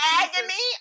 agony